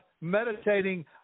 meditating